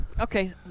Okay